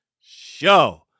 show